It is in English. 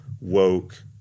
woke